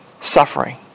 suffering